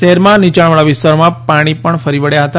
શહેરમાં નીચાણવાળા વિસ્તારોમાં પાણી પણ ફરી વળ્યા હતા